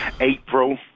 april